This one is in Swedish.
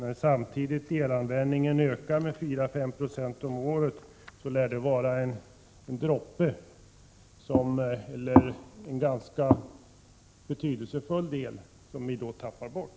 Eftersom elanvändningen samtidigt ökar med 4-5 26 om året innebär detta att vi avvecklar en ganska betydande del av energiproduktionen.